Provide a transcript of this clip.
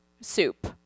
soup